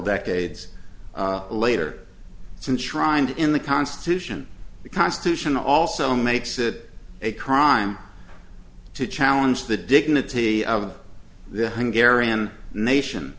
decades later some shrine in the constitution the constitution also makes it a crime to challenge the dignity of the hungarian nation